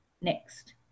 Next